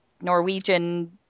Norwegian